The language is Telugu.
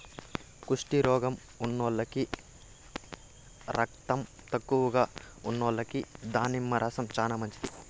కుష్టు రోగం ఉన్నోల్లకి, రకతం తక్కువగా ఉన్నోల్లకి దానిమ్మ రసం చానా మంచిది